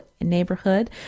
neighborhood